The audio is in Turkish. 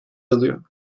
alıyor